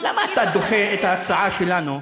למה אתה דוחה את ההצעה שלנו,